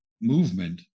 movement